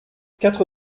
quatre